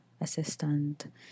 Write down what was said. assistant